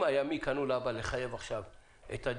אם היה מכאן ולהבא לחייב את הדיגיטלי,